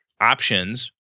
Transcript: options